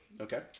Okay